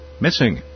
missing